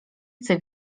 chce